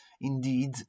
indeed